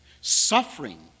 suffering